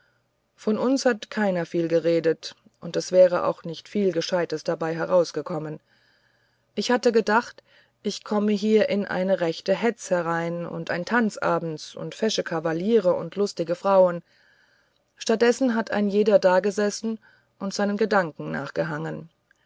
von uns hat keiner viel geredet und es wäre auch nicht viel gescheites dabei herausgekommen ich hatte gedacht ich komme hier in eine rechte hetz herein und ein tanz abends und fesche kavaliere und lustige frauen statt dessen hat ein jeder dagesessen und seinen gedanken nachgehangen